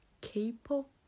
K-pop